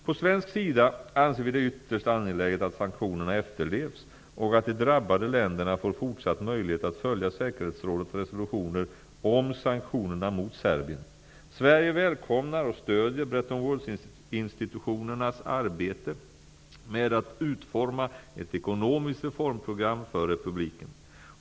På svensk sida anser vi det ytterst angeläget att sanktionerna efterlevs och att de drabbade länderna får fortsatt möjlighet att följa Sverige välkomnar och stödjer Bretton-Woodinstitutionernas arbete med att utforma ett ekonomiskt reformprogram för republiken.